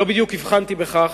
לא בדיוק הבחנתי בכך,